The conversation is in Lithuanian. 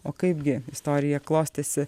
o kaipgi istorija klostėsi